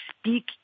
speak